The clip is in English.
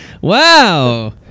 Wow